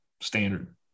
standard